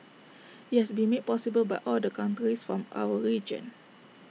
IT has been made possible by all the from our region